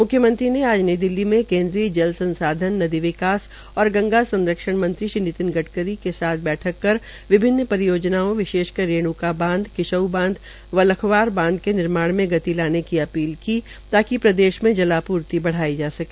म्ख्यमंत्री आज नई दिल्ली में केंद्रीय जल संसाधन नदी विकास और गंगा संरक्षण मंत्री श्री नीतिन गडकरी के साथ बैठक कर विभिन्न परियोजनाओं विशेषकर रेण्का बांधकिसाउ बांध व लखवार बांध के निमार्ण कार्यों में गति लाने की अपील की ताकि प्रदेश में जलापूर्ति बढ़ाई जा सके